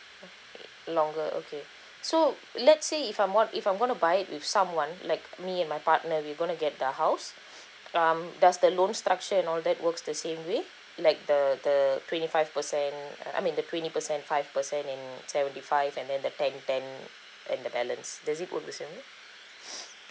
will take longer okay so let's say if I'm gon~ if I'm gonna buy with someone like me and my partner we gonna get the house um does the loan structure and all that works the same way like the the twenty five percent uh I mean the twenty percent five percent and seventy five and then the ten ten and the balance does it works the same way